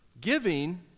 giving